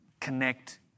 connect